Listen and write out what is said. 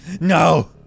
No